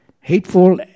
hateful